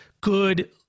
good